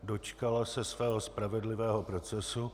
Dočkala se svého spravedlivého procesu.